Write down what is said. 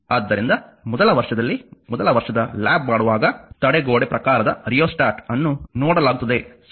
ಆದ್ದರಿಂದ ಮೊದಲ ವರ್ಷದಲ್ಲಿ ಮೊದಲ ವರ್ಷದ ಲ್ಯಾಬ್ ಮಾಡುವಾಗ ತಡೆಗೋಡೆ ಪ್ರಕಾರದ ರಿಯೊಸ್ಟಾಟ್ ಅನ್ನು ನೋಡಲಾಗುತ್ತದೆ ಸರಿ